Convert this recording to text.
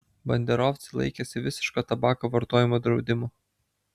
banderovcai laikėsi visiško tabako vartojimo draudimo